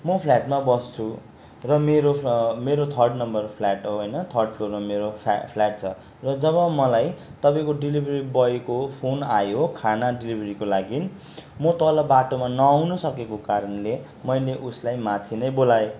म फ्ल्याटमा बस्छु र मेरो फ मेरो थर्ड नम्बर फ्ल्याट हो होइन थर्ड फ्लोरमा मेरो फ्या फ्ल्याट छ र जब मलाई तपाईँको डिलिभेरी बोयको फोन आयो खाना डिलिभरीको लागि म तल बाटोमा नआउन सकेको कारणले मैले उसलाई माथि नै बोलाए